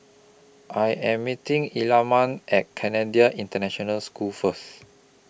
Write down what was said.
I Am meeting Ellamae At Canadian International School First